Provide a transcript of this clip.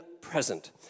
Present